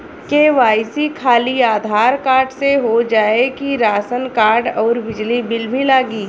KYC खाली Aadhaar card से हो जाए कि राशन कार्ड अउर बिजली बिल भी लगी?